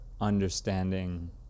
understanding